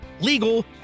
legal